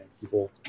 people